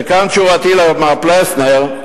וכאן תשובתי למר פלסנר,